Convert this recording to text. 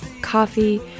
Coffee